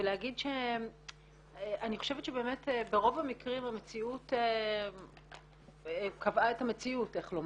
אני חושבת שברוב המקרים המציאות קבעה את המציאות.